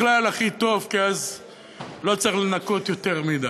בכלל הכי טוב כי אז לא צריך לנקות יותר מדי.